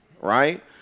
right